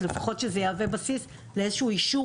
אז לפחות שזה יהווה בסיס לאיזשהו אישור